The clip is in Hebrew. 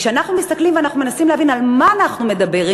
וכשאנחנו מסתכלים ואנחנו מנסים להבין על מה אנחנו מדברים,